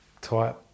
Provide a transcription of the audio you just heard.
type